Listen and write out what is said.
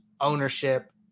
ownership